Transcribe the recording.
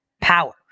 power